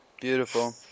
Beautiful